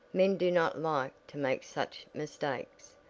men do not like to make such mistakes,